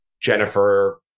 Jennifer